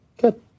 Good